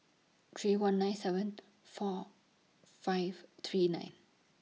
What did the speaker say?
three one nine seven four five three nine